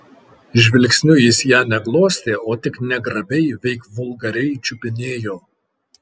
žvilgsniu jis ją ne glostė o tik negrabiai veik vulgariai čiupinėjo